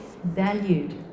valued